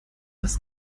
das